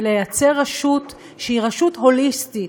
וליצור רשות שהיא רשות הוליסטית,